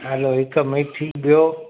हलो हिक मेथी ॿियो